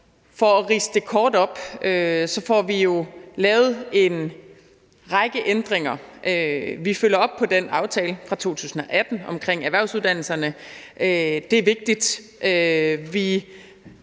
For at ridse det kort op, får vi jo lavet en række ændringer. Vi følger op på den aftale fra 2018 omkring erhvervsuddannelserne – det er vigtigt.